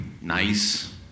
nice